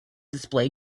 display